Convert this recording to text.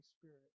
Spirit